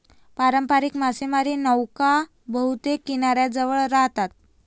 पारंपारिक मासेमारी नौका बहुतेक किनाऱ्याजवळ राहतात